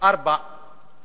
או